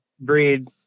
Breed